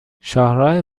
شاهراه